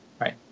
Right